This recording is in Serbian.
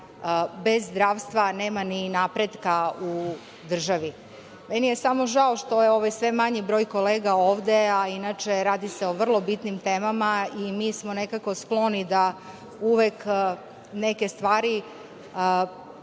bez zdravstva nema ni napretka u državi. Meni je žao što je sve manji broj kolega ovde, a inače radi se o vrlo bitnim temama i mi smo nekako skloni da uvek neke stvari